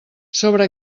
sobre